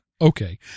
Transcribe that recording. okay